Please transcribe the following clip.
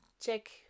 check